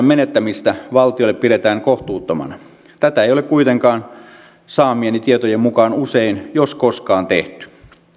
menettämistä valtiolle pidetään kohtuuttomana tätä ei ole kuitenkaan saamieni tietojen mukaan usein jos koskaan tehty